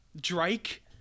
Drake